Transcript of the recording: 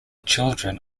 children